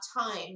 time